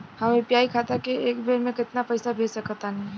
हम यू.पी.आई खाता से एक बेर म केतना पइसा भेज सकऽ तानि?